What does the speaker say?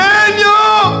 Daniel